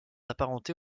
apparentés